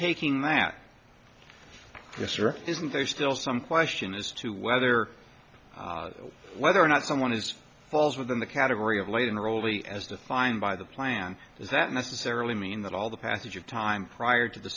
taking that just isn't there still some question as to whether whether or not someone is falls within the category of late and early as defined by the plan is that necessarily mean that all the passage of time prior to the